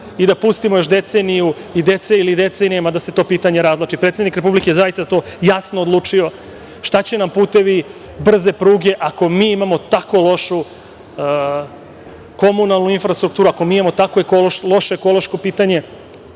i da pustimo još deceniju ili decenijama da se to pitanje razvlači. Predsednik Republike je zaista to jasno odlučio – šta će nam putevi, brze pruge, ako mi imamo tako lošu komunalnu infrastrukturu, ako mi imamo loše ekološko pitanje?